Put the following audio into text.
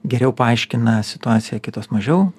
geriau paaiškina situaciją kitos mažiau